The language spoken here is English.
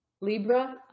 Libra